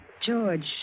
George